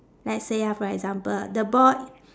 let's say ah for example the ball